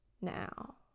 now